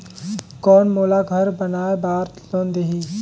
कौन मोला घर बनाय बार लोन देही?